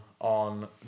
on